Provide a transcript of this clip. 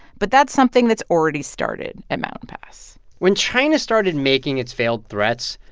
but that's something that's already started at mountain pass when china started making its veiled threats,